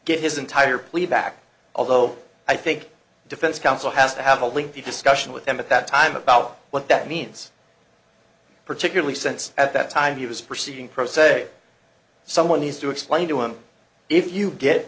get his entire police back although i think defense counsel has to have a link to discussion with them at that time about what that means particularly since at that time he was proceeding pro se someone needs to explain to him if you get